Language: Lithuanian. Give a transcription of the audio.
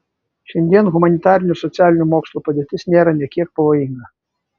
šiandien humanitarinių ir socialinių mokslų padėtis nėra nė kiek pavojinga